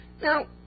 Now